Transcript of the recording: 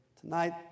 Tonight